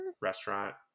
restaurant